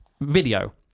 video